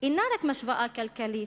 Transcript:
אין זו רק משוואה כלכלית,